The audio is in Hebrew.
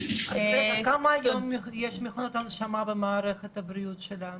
כמה היום יש מכונות הנשמה במערכת הבריאות שלנו?